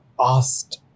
asked